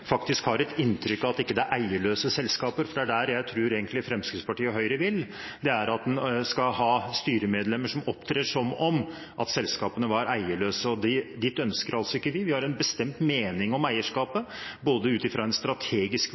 har det inntrykk at dette ikke er eierløse selskaper. Det jeg tror Fremskrittspartiet og Høyre egentlig vil, er at en skal ha styremedlemmer som opptrer som om selskapene er eierløse. Det ønsker ikke vi. Vi har en bestemt mening om eierskapet – ut fra en strategisk